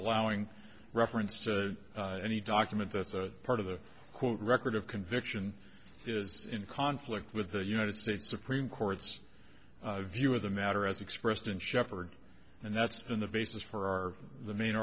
allowing reference to any document as a part of the quote record of conviction is in conflict with the united states supreme court's view of the matter as expressed in shepherd and that's been the basis for our the main